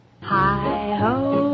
Hi-ho